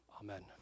Amen